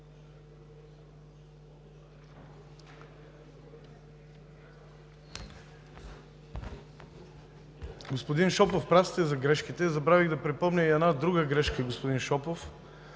Господин Шопов, прав сте за грешките. Забравих да припомня и една друга грешка, господин Шопов,